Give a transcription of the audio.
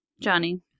Johnny